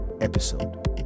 episode